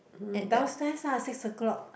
hmm downstairs ah six o'clock